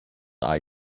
eye